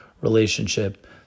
relationship